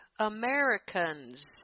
Americans